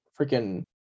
freaking